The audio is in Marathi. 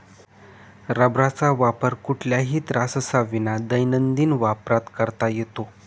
रबराचा वापर कुठल्याही त्राससाविना दैनंदिन वापरात करता येतो